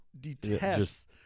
Detests